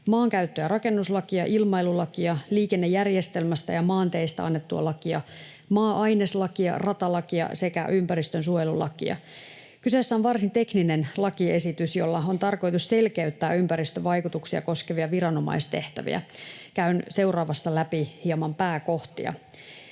maankäyttö- ja rakennuslakia, ilmailulakia, liikennejärjestelmästä ja maanteistä annettua lakia, maa-aineslakia, ratalakia sekä ympäristönsuojelulakia. Kyseessä on varsin tekninen lakiesitys, jolla on tarkoitus selkeyttää ympäristövaikutuksia koskevia viranomaistehtäviä. Käyn seuraavassa läpi hieman pääkohtia.